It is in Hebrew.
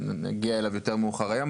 שנגיע אליו יותר מאוחר היום.